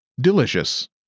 Delicious